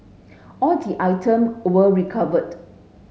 all the item were recovered